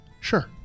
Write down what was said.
Sure